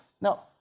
Now